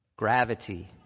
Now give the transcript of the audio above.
Gravity